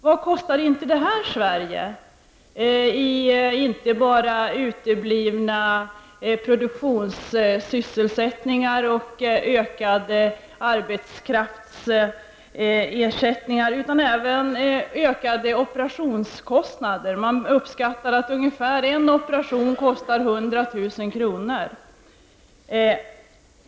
Vad kostar inte det Sverige, inte bara i uteblivna produktionsinsatser och ökad arbetskraftsersättning utan även i ökade operationskostnader! Man uppskattar att en operation kostar ungefär 100 000 kr.